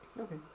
Okay